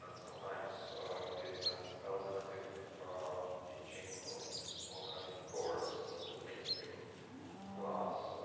ah sometimes it is an alternative teaching or and alternative course of the mainstream class,